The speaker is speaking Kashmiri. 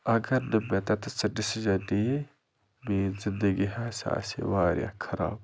اگر نہٕ مےٚ تَتٮ۪س سُہ ڈِسیٖجَن نِیے میٛٲنۍ زندگی ہسا آسہِ ہے واریاہ خراب